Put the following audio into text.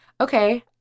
okay